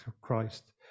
christ